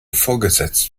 vorgesetzt